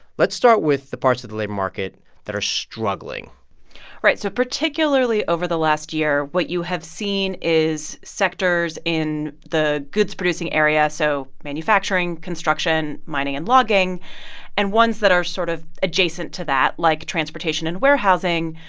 let's start with the parts of the labor market that are struggling right. so particularly over the last year, what you have seen is sectors in the goods-producing area so manufacturing, construction, mining and logging and ones that are sort of adjacent to that, like transportation and warehousing,